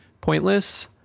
pointless